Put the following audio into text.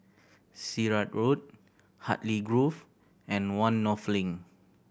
Sirat Road Hartley Grove and One North Link